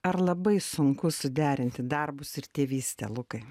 ar labai sunku suderinti darbus ir tėvystę lukai